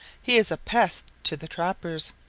he is a pest to the trappers.